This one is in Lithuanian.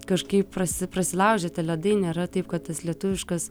kažkaip prasi prasilaužė tie ledai nėra taip kad tas lietuviškas